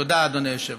תודה, אדוני היושב-ראש.